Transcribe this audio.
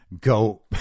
go